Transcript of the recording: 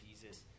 Jesus